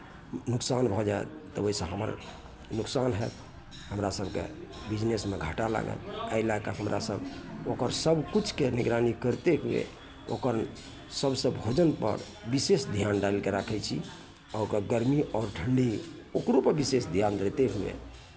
नुकसान भऽ जायत तऽ ओहिसँ हमर नुकसान हएत हमरा सभकेँ बिजनेसमे घाटा लागत एहि लए कऽ हमारासभ ओकर सभकिछुके निगरानी करते हुए ओकर सभसँ भोजनपर विशेष ध्यान डालि कऽ राखै छी आ ओकर गर्मी आओर ठण्ढी ओकरोपर विशेष ध्यान दैते हुए